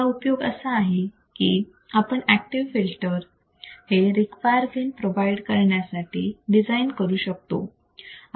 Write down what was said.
पहिला उपयोग असा आहे की आपण ऍक्टिव्ह फिल्टर हे रिक्वायर् गेन प्रोव्हाइड करण्यासाठी डिझाईन करू शकतो